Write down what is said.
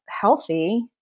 healthy